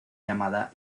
llamada